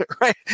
right